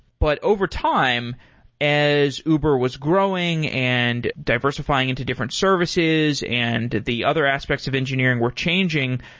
but overtime as uber was growing and diversifying into different services and the other aspects of engineering were changing,